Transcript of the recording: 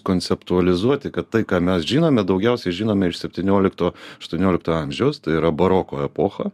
konceptualizuoti kad tai ką mes žinome daugiausiai žinome iš septyniolikto aštuoniolikto amžiaus tai yra baroko epocha